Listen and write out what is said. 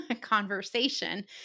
conversation